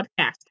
podcast